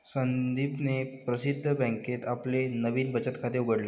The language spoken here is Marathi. संदीपने प्रसिद्ध बँकेत आपले नवीन बचत खाते उघडले